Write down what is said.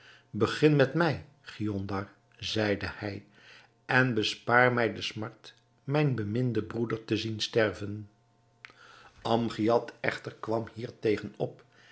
begin met mij giondar zeide hij en bespaar mij de smart mijn beminden broeder te zien sterven amgiad echter kwam hier tegen op